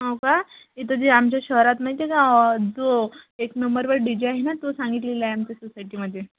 हो का इथं जे आमच्या शहरात माहीत आहे का जो एक नंबरवर डी जे आहे ना तो सांगितलेला आहे आमच्या सोसायटीमधे